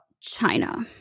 china